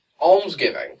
almsgiving